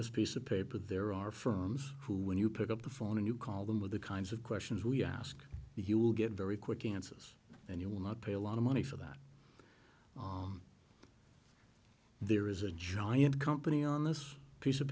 this piece of paper there are firms who when you pick up the phone and you call them with the kinds of questions we ask you will get very quick answers and you will not pay a lot of money for that there is a giant company on this piece of